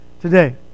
today